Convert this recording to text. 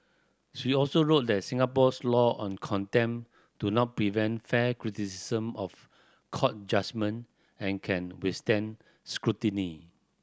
she also wrote that Singapore's law on contempt do not prevent fair criticism of court judgement and can withstand scrutiny